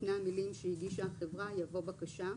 לפני המילים "שהגישה החברה" יבוא "בקשה".